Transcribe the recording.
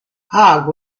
hogg